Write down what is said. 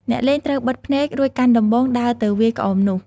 អ្នកលេងត្រូវបិទភ្នែក រួចកាន់ដំបងដើរទៅវាយក្អមនោះ។